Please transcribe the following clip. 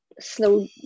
slow